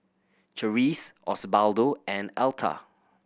Charisse Osbaldo and Alta